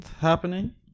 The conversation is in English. Happening